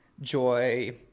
joy